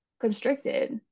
constricted